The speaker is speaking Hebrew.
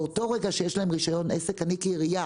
באותו רגע שיש להם רישיון עסק, אני כעירייה